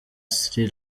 sri